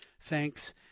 Thanks